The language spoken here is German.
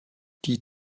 die